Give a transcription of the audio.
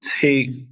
take